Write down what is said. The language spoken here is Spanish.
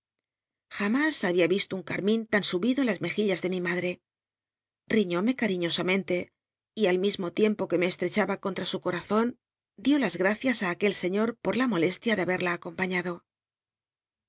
jamás había isto un carmín tan subido en las mejillas de mi madre riñóme cmiiiosamentc y al mismo tiempo que me cshechaba contra su corazon dio las gracias á aquel señor por la molestia de habeda acompaiiado